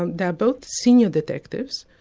ah they're both senior detectives,